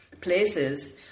places